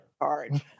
hard